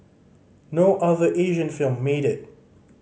no other Asian film made it